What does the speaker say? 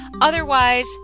Otherwise